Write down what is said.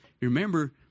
Remember